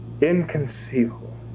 inconceivable